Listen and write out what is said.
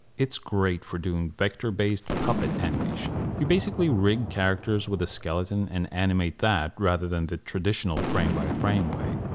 it's great for doing vector based puppet animation. you basically rig characters with a skeleton and animate that rather than the traditional frame by frame way.